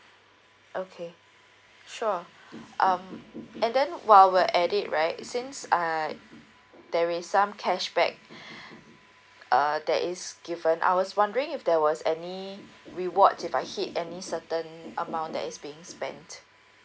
okay sure um and then while we're at it right since uh there is some cashback uh that is given I was wondering if there was any reward if I hit any certain amount that is being spent